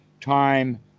time